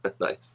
Nice